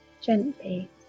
Gently